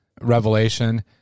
revelation